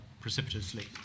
precipitously